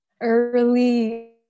early